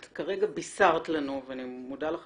את כרגע בישרת לנו ואני מודה על כך